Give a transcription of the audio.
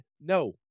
no